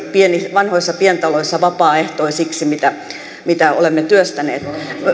vanhoissa pientaloissa vapaaehtoisiksi mitä mitä olemme työstäneet